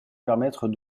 permettre